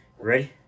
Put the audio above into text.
Ready